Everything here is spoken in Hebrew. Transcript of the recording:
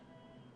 לשתיים.